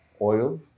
oil